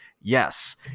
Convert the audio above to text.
Yes